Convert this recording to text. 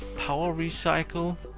power recycle